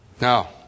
Now